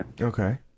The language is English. Okay